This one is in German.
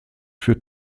für